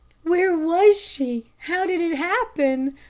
where was she? how did it happen?